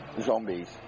zombies